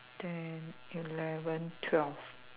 ten eleven twelve